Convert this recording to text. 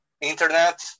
internet